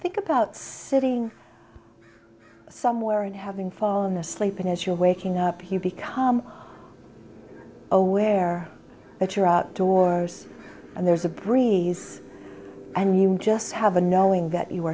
think about sitting somewhere and having fallen asleep and as you're waking up he become aware that you're outdoors and there's a breeze and you just have a knowing that you